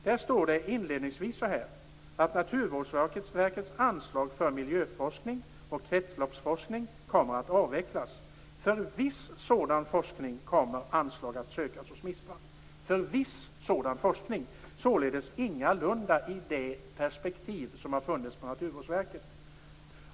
Där står det inledningsvis: "Naturvårdsverkets anslag för miljöforskning och kretsloppsforskning kommer att avvecklas. För viss sådan forskning kan anslag nu sökas hos MISTRA". Det handlar alltså om "viss sådan forskning", och således ingalunda forskning i det perspektiv som har funnits på Naturvårdsverket.